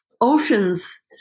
Oceans